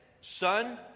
son